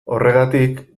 horregatik